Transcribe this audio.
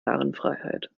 narrenfreiheit